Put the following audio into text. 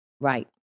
Right